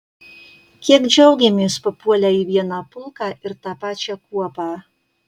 kiek džiaugėmės papuolę į vieną pulką ir tą pačią kuopą